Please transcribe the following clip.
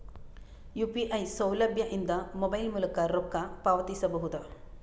UPI ಸೌಲಭ್ಯ ಇಂದ mobile ಮೂಲಕ ರೊಕ್ಕ ಪಾವತಿಸ ಬಹುದಾ?